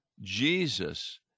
Jesus